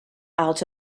out